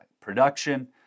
production